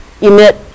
emit